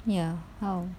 ya how